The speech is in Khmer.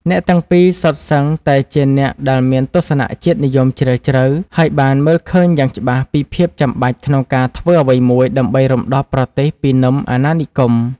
អ្នកទាំងពីរសុទ្ធសឹងតែជាអ្នកដែលមានទស្សនៈជាតិនិយមជ្រាលជ្រៅ ហើយបានមើលឃើញយ៉ាងច្បាស់ពីភាពចាំបាច់ក្នុងការធ្វើអ្វីមួយដើម្បីរំដោះប្រទេសពីនឹមអាណានិគម។